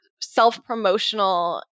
self-promotional